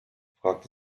fragte